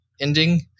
ending